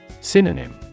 Synonym